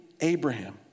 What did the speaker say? Abraham